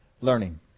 learning